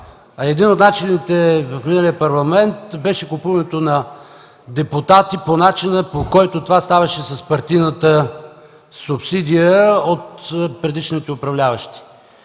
Един от начините в миналия Парламент беше купуването на депутати по начина, по който това ставаше с партийната субсидия от предишните управляващи.